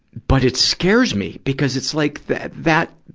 but it's scares me, because it's like that, that,